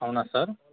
అవునా సార్